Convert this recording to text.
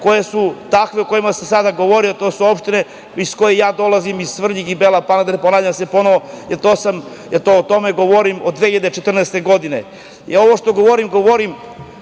koje su takve o kojima sam sada govorio. To su opštine iz koje ja dolazim, Svrljig i Bela Palanka, da se ne ponavljam ponovo, jer o tome govorim od 2014. godine. Ja ovo što govorim, govorim